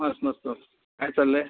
मस्त मस्त मस्त काय चाललं आहे